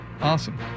Awesome